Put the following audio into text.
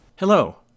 Hello